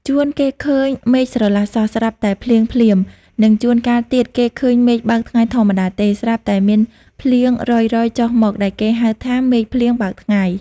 ជួនគេឃើញមេឃស្រឡះសោះស្រាប់តែភ្លៀងភ្លាម និងជួនកាលទៀត គេឃើញមេឃបើកថ្ងៃធម្មតាទេ ស្រាប់តែមានភ្លៀងរ៉ុយៗចុះមកដែលគេហៅថា មេឃភ្លៀងបើកថ្ងៃ ។